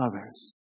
others